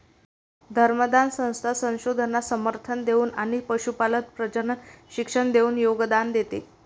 धर्मादाय संस्था संशोधनास समर्थन देऊन आणि पशुपालन प्रजनन शिक्षण देऊन योगदान देते